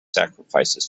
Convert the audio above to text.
sacrifices